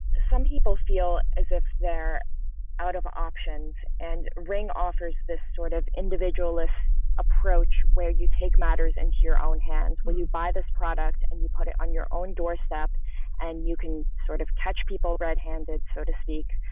some people feel as if they're out of options and ring offers this sort of individualistic approach where you take matters into your own hands when you buy this product and you put it on your own doorstep and you can sort of catch people red handed, so to speak.